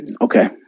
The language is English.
Okay